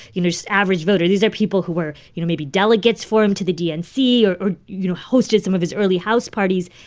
you know, just average voters. these are people who were, you know, maybe delegates for him to the dnc or, you know, hosted some of his early house parties.